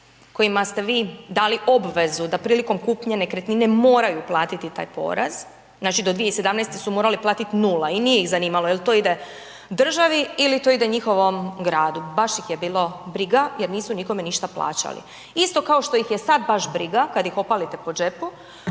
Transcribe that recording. kojima ste vi dali obvezu da prilikom kupnje nekretnine moraju platiti taj porez, znači do 2017. su morali platiti nula i nije ih zanimalo je li to ide državi ili to ide njihovom gradu. Baš ih je bilo briga jer nisu nikome ništa plaćali. Isto kao što ih je sad baš briga kada ih opalite po džepu